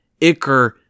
Iker